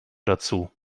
dazu